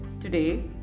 today